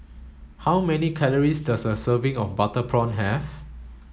how many calories does a serving of butter prawn have